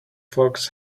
fox